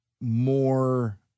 more